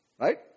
Right